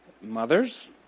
Mothers